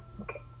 okay